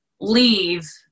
leave